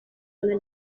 una